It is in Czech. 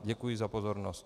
Děkuji za pozornost.